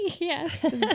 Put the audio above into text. Yes